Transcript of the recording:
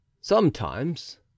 Sometimes